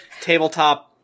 tabletop